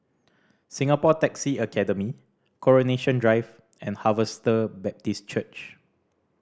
Singapore Taxi Academy Coronation Drive and Harvester Baptist Church